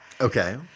Okay